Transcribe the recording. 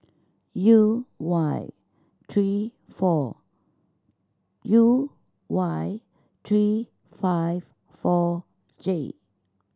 U Y three four U Y three five four J